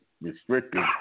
restricted